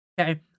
Okay